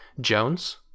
Jones